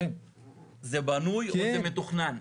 זה בנוי או זה מתוכנן?